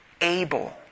able